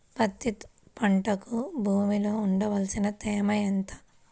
పత్తి పంటకు భూమిలో ఉండవలసిన తేమ ఎంత?